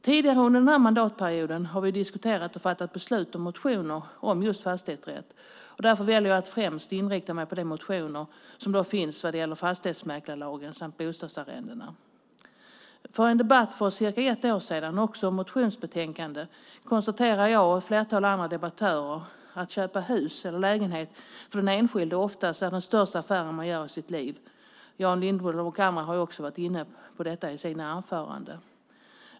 Tidigare under den här mandatperioden har vi diskuterat och fattat beslut om motioner om just fastighetsrätt. Därför väljer jag att främst inrikta mig på de motioner som finns vad gäller fastighetsmäklarlagen samt bostadsarrenden. Vid en debatt för ungefär ett år sedan, också om ett motionsbetänkande, konstaterade jag och ett flertal andra debattörer att ett köp av hus eller lägenhet är för den enskilde oftast den största affären man gör i sitt liv. Jan Lindholm och andra har också varit inne på detta i sina anföranden.